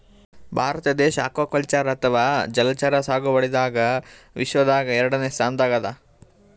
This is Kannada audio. ಭಾರತ ದೇಶ್ ಅಕ್ವಾಕಲ್ಚರ್ ಅಥವಾ ಜಲಚರ ಸಾಗುವಳಿದಾಗ್ ವಿಶ್ವದಾಗೆ ಎರಡನೇ ಸ್ತಾನ್ದಾಗ್ ಅದಾ